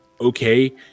okay